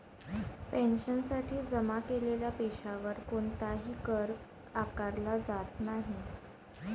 पेन्शनसाठी जमा केलेल्या पैशावर कोणताही कर आकारला जात नाही